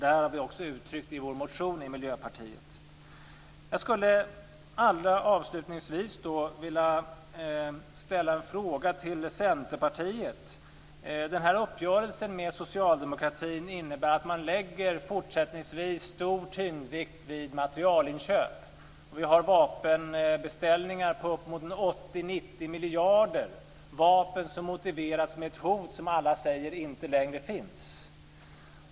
Det har vi också uttryckt i en motion från Miljöpartiet. Allra sist, fru talman, skulle jag vilja ställa en fråga till Centerpartiet. Uppgörelsen med socialdemokratin innebär att man fortsättningsvis lägger stor vikt vid materielinköp. Vi har vapenbeställningar på uppemot 80-90 miljarder, vapen som motiveras med ett hot som alla säger inte längre finns.